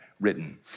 written